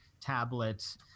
tablet